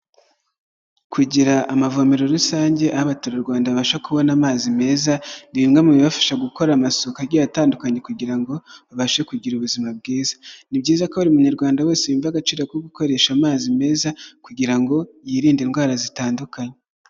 Kugira amavomero rusange aho abaturarwanda babasha kubona amazi meza, ni bimwe mu bibafasha gukora amasuku agiye atandukanye kugira ngo abashe kugira ubuzima bwiza. Ni byiza ko buri munyarwanda wese yumva agaciro ko gukoresha amazi meza, kugira ngo yirinde indwara zitandukanye.